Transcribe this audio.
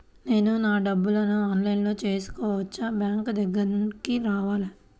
నేను నా డబ్బులను ఆన్లైన్లో చేసుకోవచ్చా? బ్యాంక్ దగ్గరకు రావాలా?